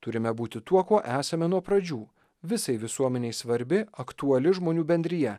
turime būti tuo kuo esame nuo pradžių visai visuomenei svarbi aktuali žmonių bendrija